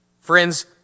Friends